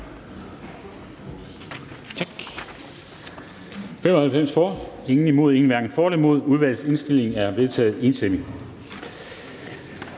Tak.